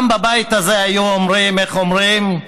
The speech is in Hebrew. פעם, בבית הזה היו אומרים, איך אומרים?